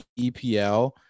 EPL